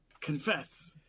Confess